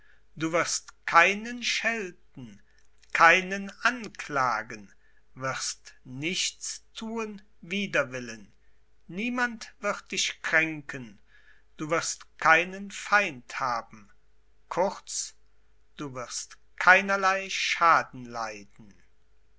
du wirst keinen schelten keinen anklagen wirst nichts thun wider willen niemand wird dich kränken du wirst keinen feind haben kurz du wirst keinerlei schaden leiden